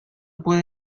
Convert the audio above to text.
puede